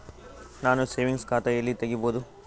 ನಾನು ಸೇವಿಂಗ್ಸ್ ಖಾತಾ ಎಲ್ಲಿ ತಗಿಬೋದು?